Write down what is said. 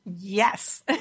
Yes